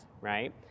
right